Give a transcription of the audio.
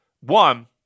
One